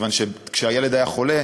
כיוון שכשהילד היה חולה,